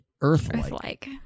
Earth-like